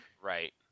Right